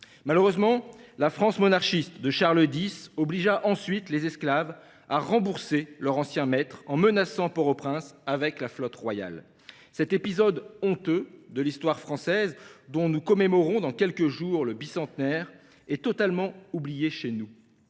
Malheureusement, la France monarchiste de Charles X obligea ensuite les esclaves à rembourser leurs anciens maîtres, en menaçant Port au Prince de la flotte royale. Cet épisode honteux de l’histoire française, dont nous commémorerons dans quelques jours le bicentenaire, est totalement oublié chez nous.